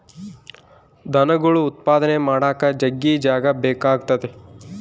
ದನಗುಳ್ ಉತ್ಪಾದನೆ ಮಾಡಾಕ ಜಗ್ಗಿ ಜಾಗ ಬೇಕಾತತೆ